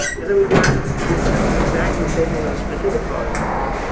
and then we do have we have to do exactly the same thing on the specific volume line.